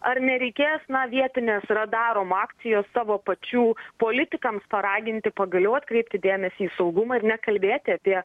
ar nereikės na vietinės darom akcijos savo pačių politikams paraginti pagaliau atkreipti dėmesį į saugumą ir nekalbėti apie